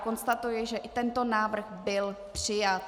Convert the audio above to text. Konstatuji, že i tento návrh byl přijat.